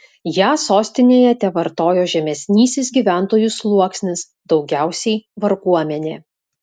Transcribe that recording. ją sostinėje tevartojo žemesnysis gyventojų sluoksnis daugiausiai varguomenė